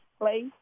play